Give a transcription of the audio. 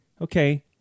okay